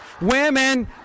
Women